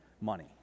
money